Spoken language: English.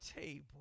table